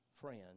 friend